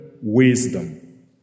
Wisdom